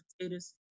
potatoes